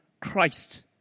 Christ